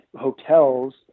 hotels